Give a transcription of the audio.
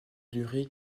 durée